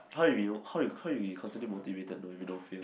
how you how you how you consider motivated though if you don't fail